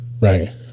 Right